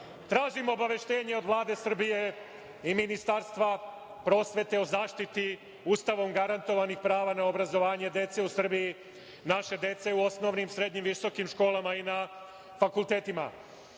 tražim obaveštenje od Vlade Srbije i ministarstva prosvete o zaštiti Ustavom garantovanih prava na obrazovanje dece u Srbiji, naše dece u osnovnim, srednjim, visokim školama i na fakultetima. Član